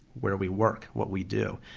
where we work, what we do.